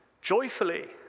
joyfully